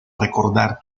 recordar